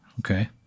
okay